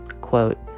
quote